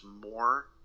more